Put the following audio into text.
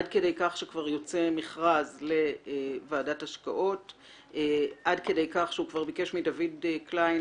עד כדי כך שכבר יוצא מכרז לוועדת השקעות והוא כבר ביקש מדוד קליין,